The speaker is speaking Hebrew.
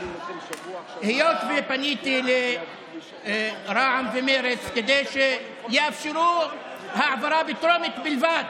היות שפניתי לרע"מ ומרצ כדי שיאפשרו העברה בטרומית בלבד,